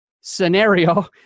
scenario